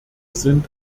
sind